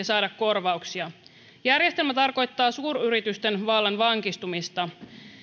saada korvauksia järjestelmä tarkoittaa suuryritysten vallan vankistumista